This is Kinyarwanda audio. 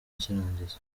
cy’irangiza